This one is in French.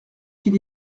qu’il